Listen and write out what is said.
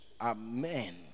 amen